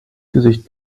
gesicht